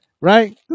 Right